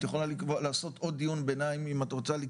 את יכולה לעשות עוד דיון ביניים אם את רוצה,